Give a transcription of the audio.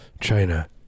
China